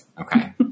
Okay